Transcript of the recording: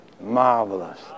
Marvelous